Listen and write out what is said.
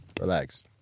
Relax